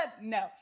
no